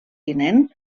tinent